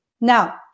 Now